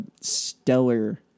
stellar